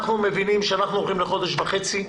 אנחנו מבינים שאנחנו הולכים לחודש וחצי,